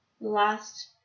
Last